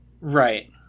Right